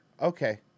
Okay